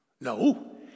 No